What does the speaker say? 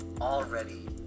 already